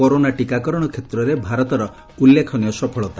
corona ଟିକାକରଣ ଷେତ୍ରରେ ଭାରତର ଉଲ୍ଲେଖନୀୟ ସଫଳତା